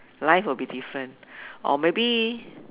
life will be different or maybe